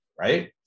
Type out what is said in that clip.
right